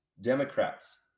democrats